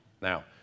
Now